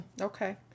Okay